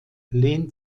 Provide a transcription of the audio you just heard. lehnt